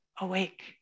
awake